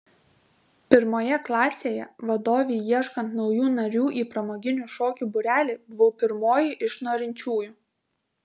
pirmoje klasėje vadovei ieškant naujų narių į pramoginių šokių būrelį buvau pirmoji iš norinčiųjų